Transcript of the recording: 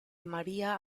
maria